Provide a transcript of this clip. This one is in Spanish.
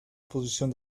posición